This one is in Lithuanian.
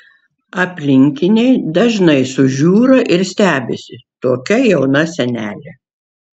aplinkiniai dažnai sužiūra ir stebisi tokia jauna senelė